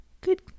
Good